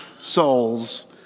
souls